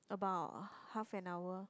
about half an hour